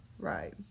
Right